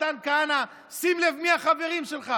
מתן כהנא: שים לב מי החברים שלך,